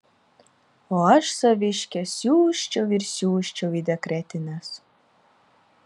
o aš saviškę siųsčiau ir siųsčiau į dekretines